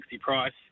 price